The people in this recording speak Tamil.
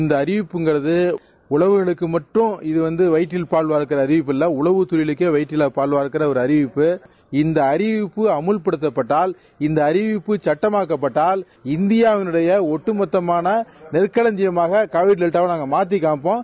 இந்த அறிவிப்புங்கறது உழவர்களுக்கு மட்டும் வயிற்றுல பால்வாக்கற அறிவிப்பல்ல உழவுத் தொழிலுக்கு வயிற்றுல பால்வாக்கற ஒரு அறிவிப்பு இந்த அறிவிப்பு அமல்படுத்தப்பட்டால் இந்த அறிவிப்பு சுட்டமாக்கப்பட்டால் இந்தியாவினுடைய ஒட்டுமொத்தமான நெற்களஞ்சியமாக காவிரி டெல்டாவ நாங்க மாற்றிகாட்டுவோம்